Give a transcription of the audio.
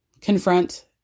confront